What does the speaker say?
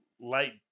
late